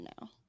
now